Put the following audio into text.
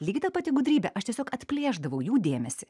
lygiai ta pati gudrybė aš tiesiog atplėšdavau jų dėmesį